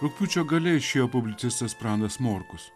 rugpjūčio gale išėjo publicistas pranas morkus